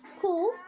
cool